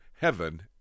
heaven